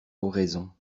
oraison